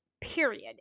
period